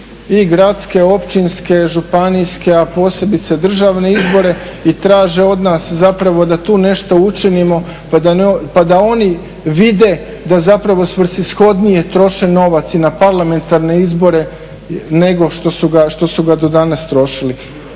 i gradske, općinske, županijske, a posebice državne izbore i traže od nas zapravo da tu nešto učinimo pa da oni vide da zapravo svrsishodnije troše novac i na parlamentarne izbore nego što su ga do danas trošili.